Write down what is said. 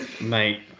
Mate